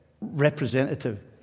representative